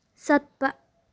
ꯆꯠꯄ